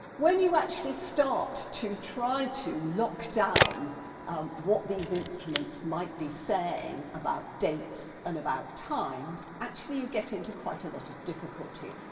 when you actually start to try to lock down what these instruments might be saying about dates and about times, actually you get into quite a lot of difficulty.